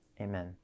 amen